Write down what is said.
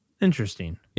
interesting